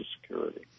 Security